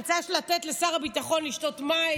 אני רוצה לתת לשר הביטחון לשתות מים,